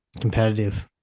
competitive